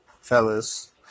fellas